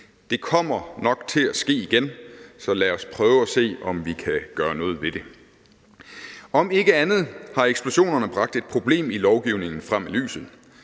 Det kommer nok til at ske igen, så lad os prøve at se, om vi kan gøre noget ved det. Om ikke andet har eksplosionerne bragt et problem i lovgivningen frem i lyset.